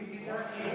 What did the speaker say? אם תצטרך ייעוץ, עליי.